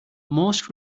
most